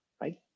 right